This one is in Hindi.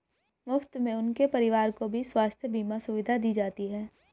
मुफ्त में उनके परिवार को भी स्वास्थ्य बीमा सुविधा दी जाती है